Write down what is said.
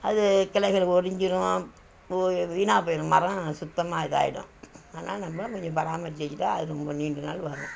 அது கிளைகள் ஒடிஞ்சிடும் வீணாக போயிடும் மரம் சுத்தமாக இதாகிடும் அதனால் நம்மளும் கொஞ்சம் பாராமரிச்சிக்கிட்டால் அது நமக்கு நீண்ட நாள் வரும்